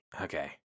Okay